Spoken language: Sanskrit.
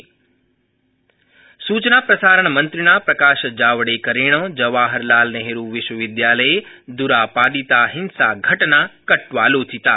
जेएनयू हिंसा सूचनाप्रसारणमन्त्रिणा प्रकाशजावडेकरेण जवाहरलालनेहरूविश्वविद्यालये द्रापदिता हिंसाघटना कट्वालोचिता